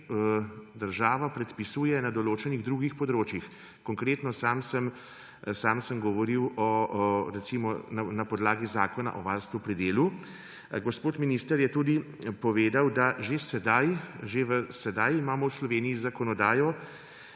država že predpisuje na določenih drugih področjih. Konkretno, sam sem govoril na podlagi Zakona o varstvu pri delu. Gospod minister je povedal, da že sedaj imamo v Sloveniji zakonodajo,